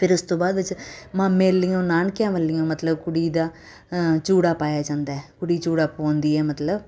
ਫਿਰ ਉਸ ਤੋਂ ਬਾਅਦ ਵਿੱਚ ਮਾਮੇ ਲਈ ਨਾਨਕਿਆਂ ਵਾਲੀਆਂ ਮਤਲਬ ਕੁੜੀ ਦਾ ਚੂੜਾ ਪਾਇਆ ਜਾਂਦਾ ਕੁੜੀ ਚੂੜਾ ਪਾਉਂਦੀ ਹੈ ਮਤਲਬ